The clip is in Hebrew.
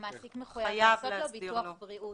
המעסיק מחויב לעשות לו ביטוח בריאות.